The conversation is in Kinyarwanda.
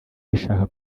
bishaka